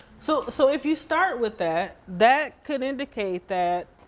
so so if you start with that, that could indicate that